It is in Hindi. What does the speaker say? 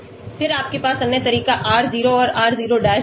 फिर आपके पास अन्य तरीका r0 और r0 डैश भी हैं